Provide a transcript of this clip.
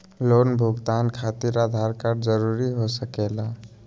Loan भुगतान खातिर Aadhaar card जरूरी हो सके ला?